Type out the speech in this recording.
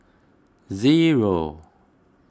zero